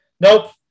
Nope